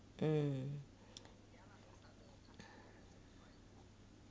mm